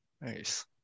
Nice